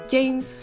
James